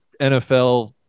NFL